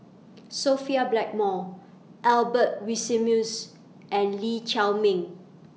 Sophia Blackmore Albert Winsemius and Lee Chiaw Meng